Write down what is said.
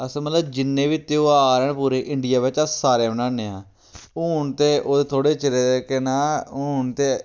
अस मतलब ए जिन्ने बी त्यहार न पूरे इंडिया बिच्च अस सारे मनाने आं हून ते ओह्दे थोह्ड़े चिरे दे केह् नांऽ हून ते